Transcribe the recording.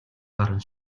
гарна